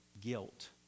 guilt